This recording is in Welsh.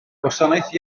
gwasanaeth